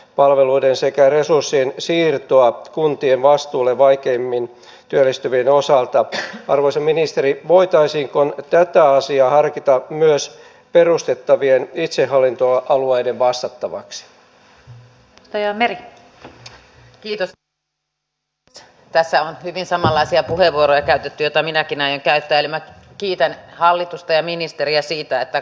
palveluiden sekä mihin itse ajattelin tässä puheessa puuttua koskee nyt sitten tätä asiaa harkita myös perustettavien itsehallintoalueiden omaa muutosehdotustani mikä liittyy tähän läntisellä uudellamaalla hyvin samanlaisia puheenvuoroja käytetty jota minäkin näin näyttelemä keskeiseen hankkeeseen hankohyvinkää radan sähköistykseen